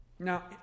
Now